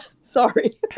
sorry